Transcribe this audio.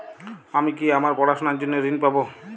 আমি কি আমার পড়াশোনার জন্য ঋণ পাব?